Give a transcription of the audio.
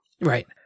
Right